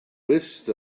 best